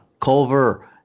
Culver